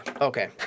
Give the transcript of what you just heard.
Okay